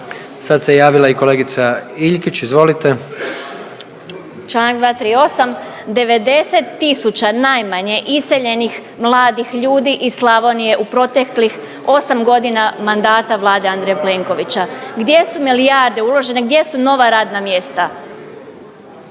Sad se javila i kolegica Iljkić izvolite. **Vlašić Iljkić, Martina (SDP)** Čl. 238. 90 tisuća najmanje iseljenih mladih ljudi iz Slavonije u proteklih osam godina mandata vlade Andreja Plenkovića. Gdje su milijarde uložene, gdje su nova radna mjesta?